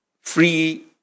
free